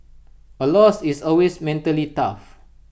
A loss is always mentally tough